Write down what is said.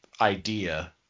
idea